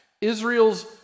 Israel's